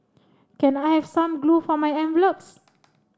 can I have some glue for my envelopes